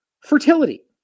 fertility